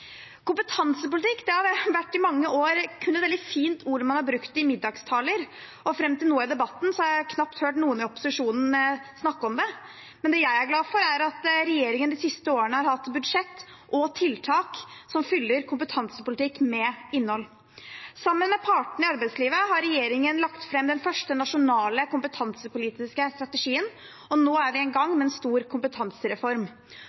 Kompetansepolitikk har i mange år kun vært et fint ord man har brukt i middagstaler, og fram til nå i debatten har jeg knapt hørt noen i opposisjonen snakke om det. Men det jeg er glad for, er at regjeringen de siste årene har hatt budsjett og tiltak som fyller kompetansepolitikk med innhold. Sammen med partene i arbeidslivet har regjeringen lagt fram den første nasjonale kompetansepolitiske strategien, og nå er vi i gang med en